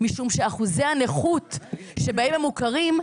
משום שאחוזי הנכות שבהם הם מוכרים,